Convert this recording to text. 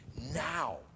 now